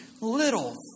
little